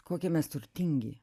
kokie mes turtingi